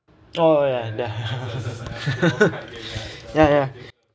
oh ya there're ya ya